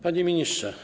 Panie Ministrze!